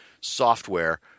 software